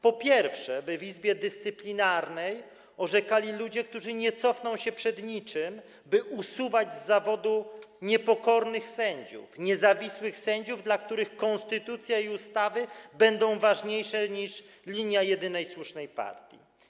Po pierwsze, by w Izbie dyscyplinarnej orzekali ludzie, którzy nie cofną się przed niczym, by usuwać z zawodu niepokornych sędziów, niezawisłych sędziów, dla których konstytucja i ustawy będą ważniejsze niż linia jedynej słusznej partii.